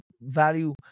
value